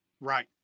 right